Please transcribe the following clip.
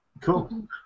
Cool